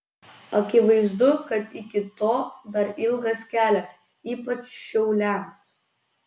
akivaizdu kad iki to dar ilgas kelias ypač šiauliams